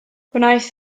gwnaeth